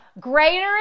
greater